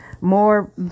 more